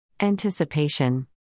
Anticipation